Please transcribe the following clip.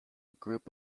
group